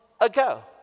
ago